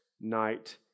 night